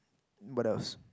what else